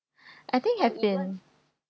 I think have been